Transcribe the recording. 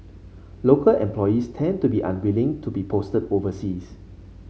local employees tend to be unwilling to be posted overseas